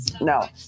No